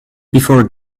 before